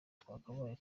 twakabaye